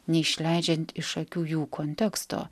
neišleidžiant iš akių jų konteksto